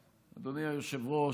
אדוני היושב-ראש,